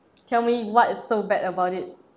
tell me what is so bad about it